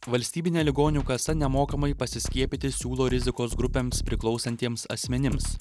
valstybinė ligonių kasa nemokamai pasiskiepyti siūlo rizikos grupėms priklausantiems asmenims